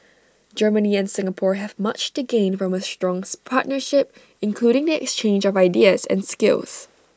Germany and Singapore have much to gain from A strong partnership including the exchange of ideas and skills